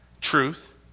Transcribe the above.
truth